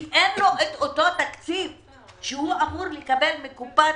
כי אין לו את התקציב שהוא אמור לקבל מקופת